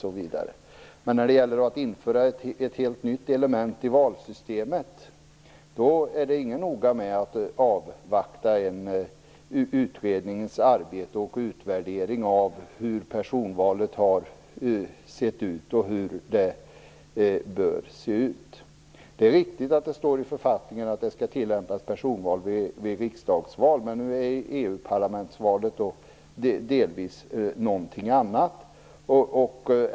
När det är fråga om att införa ett helt nytt element i valsystemet är det däremot inte viktigt att avvakta utredningens arbete och utvärdering gällande personval. Det är riktigt att det står i författningen att personval skall tillämpas vid riksdagsval. Valet till EU parlamentet är emellertid delvis en annan sak.